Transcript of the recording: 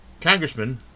Congressman